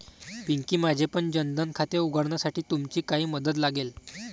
पिंकी, माझेपण जन धन खाते उघडण्यासाठी तुमची काही मदत लागेल